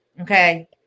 okay